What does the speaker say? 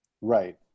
right